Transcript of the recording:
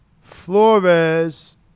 Flores